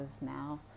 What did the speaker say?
now